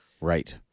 Right